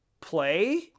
play